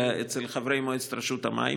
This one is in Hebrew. אלא אצל חברי מועצת רשות המים,